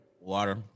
Water